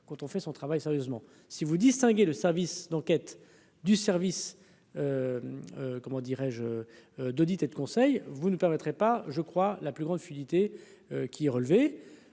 quand on fait son travail sérieusement si vous distinguer de service d'enquête du service, comment dirais-je d'audits et de conseils, vous ne permettrait pas, je crois, la plus grande fluidité qui relevé,